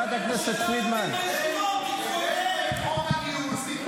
הזכרתי לו שיש 20,000 בעלי פטור שלא לומדים בישיבות.